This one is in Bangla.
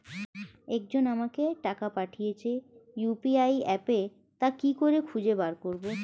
একজন আমাকে টাকা পাঠিয়েছে ইউ.পি.আই অ্যাপে তা কি করে খুঁজে বার করব?